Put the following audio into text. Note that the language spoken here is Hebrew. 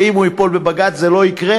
ואם הוא ייפול בבג"ץ זה לא יקרה,